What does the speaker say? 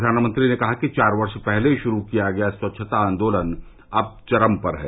प्रधानमंत्री ने कहा कि चार वर्ष पहले शुरू किया गया स्वच्छता आंदोलन अब चरम पर है